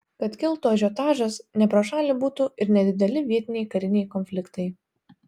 kad kiltų ažiotažas ne pro šalį būtų ir nedideli vietiniai kariniai konfliktai